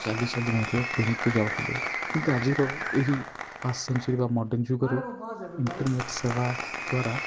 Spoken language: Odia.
ଚାଲିଚାଲି ମଧ୍ୟ ବ୍ୟାଙ୍କକୁ ଯାଉଥିଲେ କିନ୍ତୁ ଆଜିର ଏହି ସେନ୍ଚୁରି ମର୍ଡର୍ଣ୍ଣ ଯୁଗରେ ଇଣ୍ଟରର୍ନେଟ୍ ସେବା ଦ୍ୱାରା